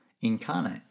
incarnate